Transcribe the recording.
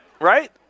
Right